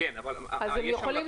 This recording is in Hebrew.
אז הם יכולים